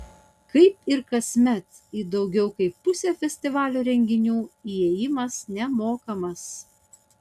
kaip ir kasmet į daugiau kaip pusę festivalio renginių įėjimas nemokamas